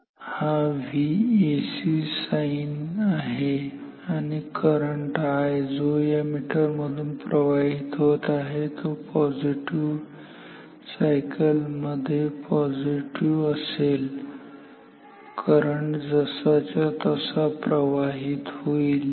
तर हा V AC sine आहे करंट I जो या मीटर मधून प्रवाहित होत आहे तो पॉझिटिव्ह सायकल मध्ये पॉझिटिव्ह असेल करंट जसाच्या तसा प्रवाहित होईल